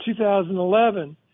2011